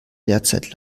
derzeit